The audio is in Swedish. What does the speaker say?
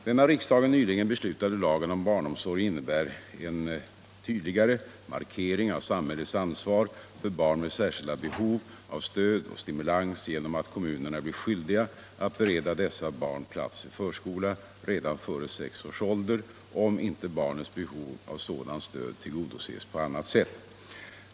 Den av riksdagen nyligen beslutade lagen om barnomsorg innebär en tydligare markering av samhällets ansvar för barn med särskilda behov av stöd och stimulans genom att kommunerna blir skyldiga att bereda dessa barn plats i förskola redan före sex års ålder, om inte barnets behov av sådant stöd tillgodoses på annat sätt.